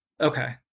Okay